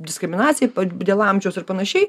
diskriminacija dėl amžiaus ir panašiai